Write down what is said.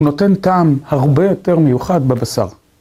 הוא נותן טעם הרבה יותר מיוחד בבשר.